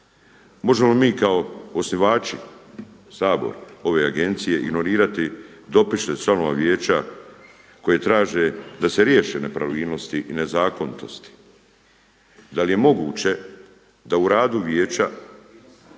Možemo li mi kao osnivači, Sabor ove agencije ignorirati dopise članova Vijeća koje traže da se riješe nepravilnosti i nezakonitosti. Da li je moguće da u radu vijeća